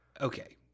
Okay